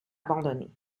abandonnés